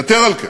יתר על כן,